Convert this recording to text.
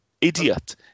idiot